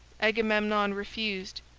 agamemnon refused.